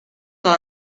son